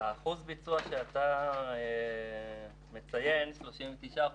אחוז הביצוע שאתה מציין, 39%,